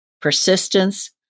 persistence